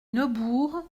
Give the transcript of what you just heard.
neubourg